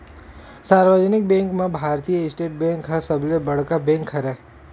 सार्वजनिक बेंक म Bharatiya State Bank ह सबले बड़का बेंक हरय